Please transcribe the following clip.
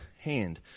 hand